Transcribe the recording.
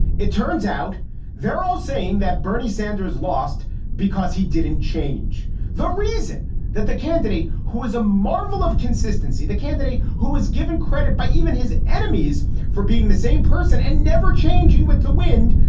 it turns out they're all saying that bernie sanders lost because he didn't change the reason that the candidate who is a marvel of consistency, the candidate who is given credit by even his enemies for being the same person and never changing with the wind.